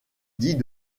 dit